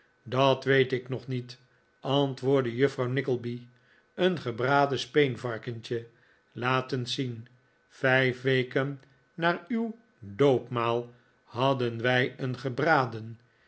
dat weet ik nog niet antwoordde juffrouw nickleby een gebraden speenvarkentje laat eens zien vijf weken na uw doopmaai hadden wij een gebraden